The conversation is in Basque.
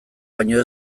baino